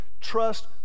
Trust